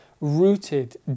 rooted